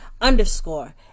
underscore